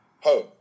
home